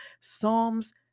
Psalms